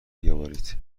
بیاورید